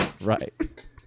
Right